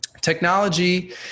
Technology